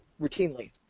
Routinely